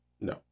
no